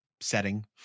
setting